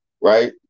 right